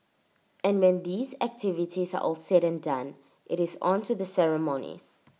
and when these activities are all said and done IT is on to the ceremonies